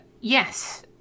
yes